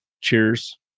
cheers